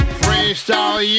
freestyle